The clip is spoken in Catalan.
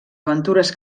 aventures